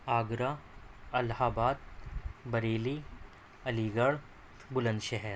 Agra Allahabad Bareilly Aligarh بُلند شہر